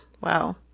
wow